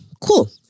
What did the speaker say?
Cool